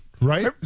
Right